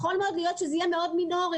יכול מאוד להיות שזה יהיה מאוד מינורי,